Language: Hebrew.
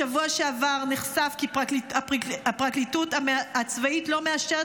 בשבוע שעבר נחשף כי הפרקליטות הצבאית לא מאפשרת